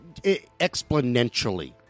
exponentially